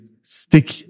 stick